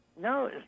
No